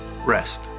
rest